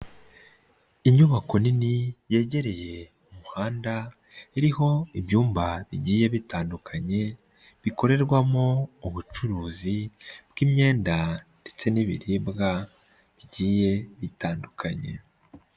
Inyubako nini yegereye umuhanda iriho ibyumba bigiye bitandukanye, bikorerwamo ubucuruzi bw'imyenda ndetse n'ibiribwa bigiye bitandukanye.